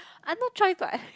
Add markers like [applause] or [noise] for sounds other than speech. I not trying to [laughs]